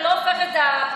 זה לא הופך את הפנייה,